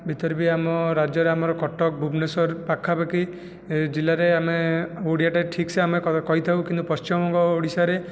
ଭିତରେ ବି ଆମ ରାଜ୍ୟରେ ଆମର କଟକ ଭୁବନେଶ୍ଵର ପାଖାପାଖି ଜିଲ୍ଲାରେ ଆମେ ଓଡ଼ିଆଟା ଠିକ୍ସେ ଆମେ କହିଥାଉ କିନ୍ତୁ ପଶ୍ଚିମବଙ୍ଗ ଓଡ଼ିଶାରେ